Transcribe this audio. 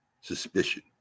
suspicion